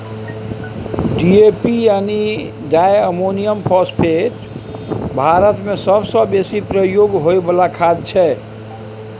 DAP यानी di ammonium phosphate भारतमे सबसँ बेसी प्रयोग होइ बला खाद छै